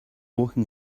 walking